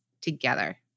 together